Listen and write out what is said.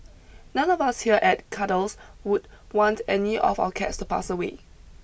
none of us here at Cuddles would want any of our cats to pass away